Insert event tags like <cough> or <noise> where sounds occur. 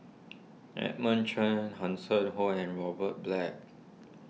<noise> Edmund Cheng Hanson Ho and Robert Black